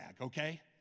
okay